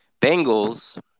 Bengals